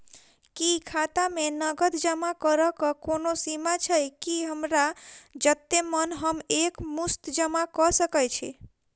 की खाता मे नगद जमा करऽ कऽ कोनो सीमा छई, की हमरा जत्ते मन हम एक मुस्त जमा कऽ सकय छी?